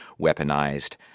weaponized